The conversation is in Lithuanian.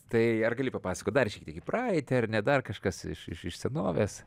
tai ar gali papasakot dar šiek tiek į praeitį ar ne dar kažkas iš iš iš senovės